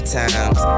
times